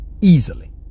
easily